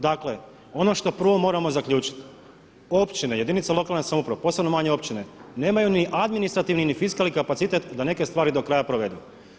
Dakle, ono što prvo moramo zaključiti općine, jedinice lokalne samouprave, posebno manje općine nemaju ni administrativni ni fiskalni kapacitet da neke stvari do kraja provedu.